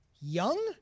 Young